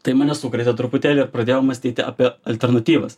tai mane sukrėtė truputėlį pradėjau mąstyti apie alternatyvas